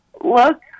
look